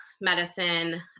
medicine